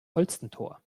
holstentor